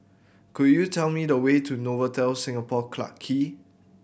could you tell me the way to Novotel Singapore Clarke Quay